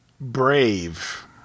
brave